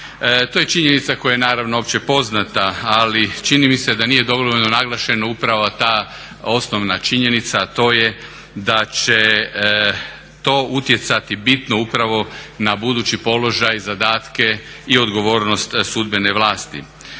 To je činjenica koja je naravno opće poznata ali čini mi se da nije dovoljno naglašena upravo ta osnovna činjenica a to je da će to utjecati bitno upravo na budući položaj, zadatke i odgovornost sudbene vlasti.